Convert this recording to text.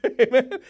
Amen